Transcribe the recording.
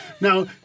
Now